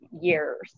years